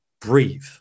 breathe